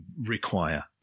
require